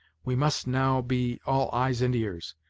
we must now be all eyes and ears,